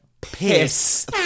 Piss